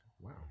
Wow